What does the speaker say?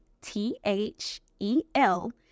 T-H-E-L